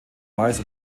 weiß